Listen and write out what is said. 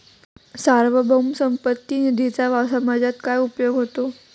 सार्वभौम संपत्ती निधीचा समाजात काय उपयोग होतो?